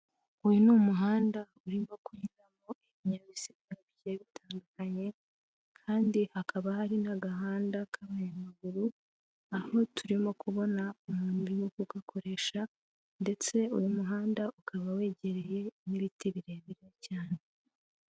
Uyu ni umuhanda urimo kunyuramo ibinyabiziga bigiye bitandukanye kandi hakaba hari n'agahanda k'abanyamaguru, aho turimo kubona umuntu urimuo kugakoresha ndetse uyu muhanda ukaba wegereye n'ibiti birebire cyane.